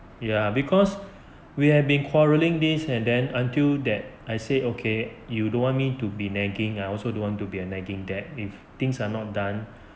ya because we have been quarrelling this and then until that I said okay you don't want me to be nagging I also don't want to be a nagging dad that if things are not done